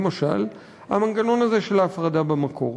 למשל, המנגנון הזה של הפרדה במקור,